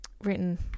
written